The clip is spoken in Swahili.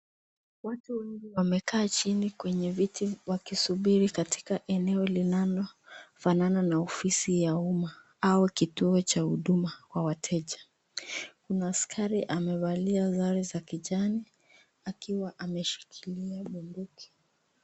Watu wengi wamekaa chini kwenye viti wakisubiri katika eneo linalofanana na ofisi ya umma au kituo cha huduma kwa wateja. Kuna askari amevalia sare za kijani akiwa ameshikilia bunduki.